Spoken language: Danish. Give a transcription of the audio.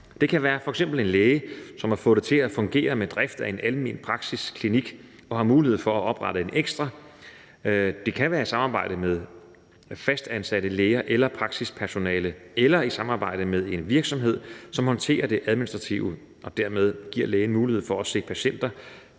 f.eks. være en læge, som har fået det til at fungere med drift af en almen praksis-klinik og har mulighed for at oprette en ekstra. Det kan være i samarbejde med fastansatte læger eller praksispersonale eller i samarbejde med en virksomhed, som håndterer det administrative og dermed giver lægen mulighed for at se patienter